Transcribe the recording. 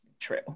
true